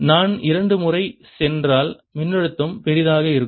நான் இரண்டு முறை சென்றால் மின்னழுத்தம் பெரிதாக இருக்கும்